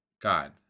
God